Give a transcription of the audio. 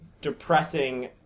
depressing